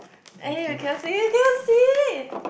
eh you cannot see you cannot see